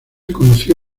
conoció